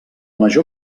major